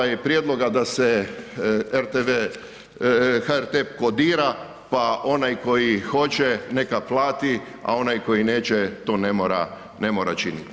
Do ovaj prijedloga da se rtv, HRT kodira pa onaj koji hoće neka plati, a onaj koji neće to ne mora činiti.